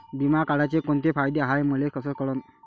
बिमा काढाचे कोंते फायदे हाय मले कस कळन?